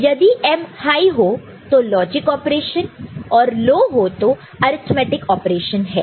तो यदि M high हो तो लॉजिक ऑपरेशन और लो हो तो अर्थमैटिक ऑपरेशन है